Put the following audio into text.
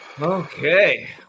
okay